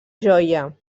joia